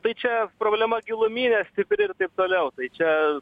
tai čia problema giluminė stipri ir taip toliau tai čia